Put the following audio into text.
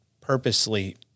purposely